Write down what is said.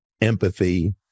empathy